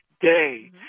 day